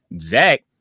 Zach